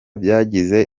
byagize